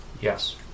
Yes